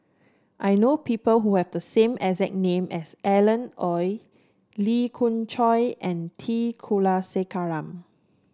I know people who have the same exact name as Alan Oei Lee Khoon Choy and T Kulasekaram